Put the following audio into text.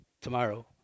tomorrow